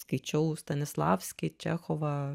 skaičiau stanislavskį čechovą